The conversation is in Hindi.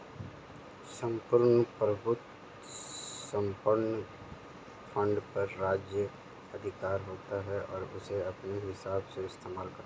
सम्पूर्ण प्रभुत्व संपन्न फंड पर राज्य एकाधिकार होता है और उसे अपने हिसाब से इस्तेमाल करता है